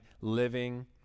living